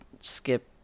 skip